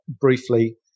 briefly